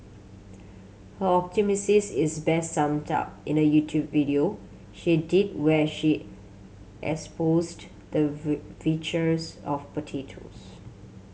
her misses is best summed up in a YouTube video she did where she espoused the virtues of potatoes